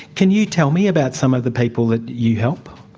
can you tell me about some of the people that you help?